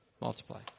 multiply